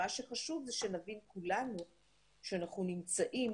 מה שחשוב זה שנבין כולנו שאנחנו נמצאים